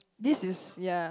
this is ya